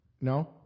No